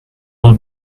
all